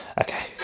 Okay